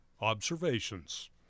observations